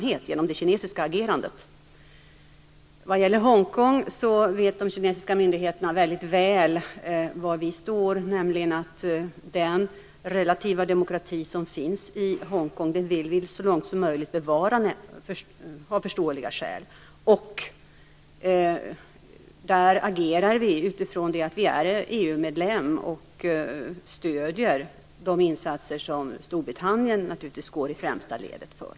Genom det kinesiska agerandet fick därmed min kritik en väldigt stor uppmärksamhet. De kinesiska myndigheterna vet mycket väl var vi står när det gäller Hongkong, nämligen att vi av förståeliga skäl så långt som möjligt vill bevara den relativa demokrati som finns i Hongkong. Vi agerar i det sammanhanget utifrån att vi är EU-medlemmar och stöder de insatser som Storbritannien naturligtvis går i främsta ledet för.